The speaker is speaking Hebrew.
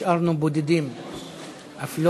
הוא